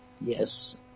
Yes